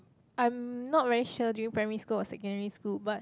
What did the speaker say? I'm not very sure during primary school or secondary school but